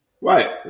Right